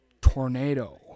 Tornado